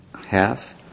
half